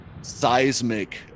seismic